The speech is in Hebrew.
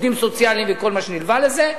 עובדים סוציאליים וכל מה שנלווה לזה.